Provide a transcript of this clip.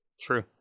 True